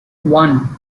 one